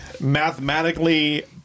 Mathematically